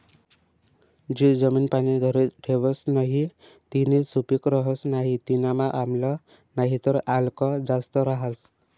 जी जमीन पाणी धरी ठेवस नही तीनी सुपीक रहस नाही तीनामा आम्ल नाहीतर आल्क जास्त रहास